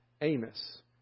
Amos